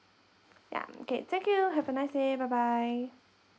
ya okay thank you have a nice day bye bye